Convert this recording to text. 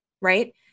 right